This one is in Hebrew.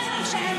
בבקשה.